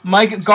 Mike